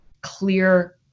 clear